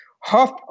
Half